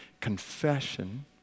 confession